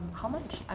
how much,